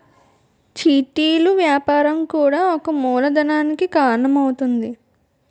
చిట్టీలు వ్యాపారం కూడా ఒక మూలధనానికి కారణం అవుతుంది